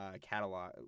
catalog